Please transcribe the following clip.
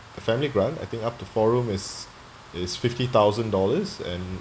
family grant I think up to four-room it's it's fifty thousand dollars and